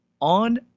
on